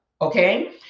Okay